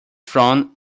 frown